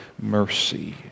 mercy